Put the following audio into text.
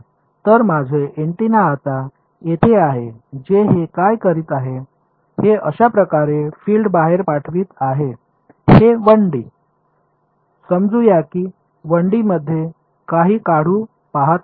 तर माझे एंटीना आता येथे आहे जे हे काय करीत आहे हे अशा प्रकारे फील्ड बाहेर पाठवित आहे हे 1D समजू या की 1D मध्ये काही काढू पाहत आहोत